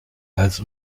als